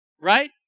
Right